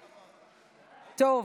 טוב,